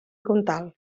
comtal